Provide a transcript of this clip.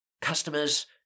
customers